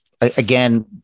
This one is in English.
again